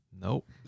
Nope